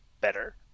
better